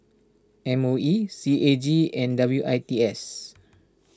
M O E C A G and W I T S